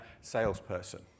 salesperson